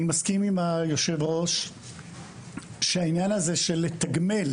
אני מסכים עם יושב-הראש שהעניין הזה של לתגמל